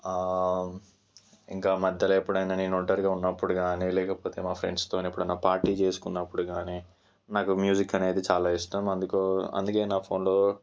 ఇంకా మధ్యలో ఎప్పుడైనా నేను ఒంటరిగా ఉన్నపుడు గానీ లేకపోతే మా ఫ్రెండ్స్తోని ఎప్పుడన్నా పార్టీ చేసుకున్నప్పుడు గానీ నాకు మ్యూజిక్ అనేది చాలా ఇష్టం అందుకు అందుకే నా ఫోన్లో